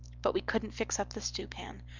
but we couldent fix up the stewpan.